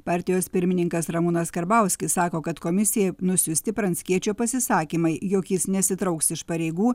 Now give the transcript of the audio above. partijos pirmininkas ramūnas karbauskis sako kad komisijai nusiųsti pranckiečio pasisakymai jog jis nesitrauks iš pareigų